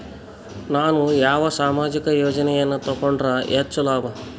ನಾನು ಯಾವ ಸಾಮಾಜಿಕ ಯೋಜನೆಯನ್ನು ತಗೊಂಡರ ಹೆಚ್ಚು ಲಾಭ?